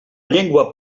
llengua